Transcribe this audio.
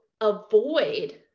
avoid